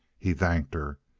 he thanked her.